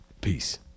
Peace